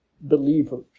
believers